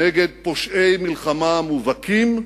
נגד פושעי מלחמה מובהקים,